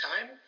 time